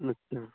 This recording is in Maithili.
अच्छा